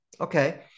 Okay